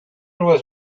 was